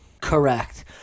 Correct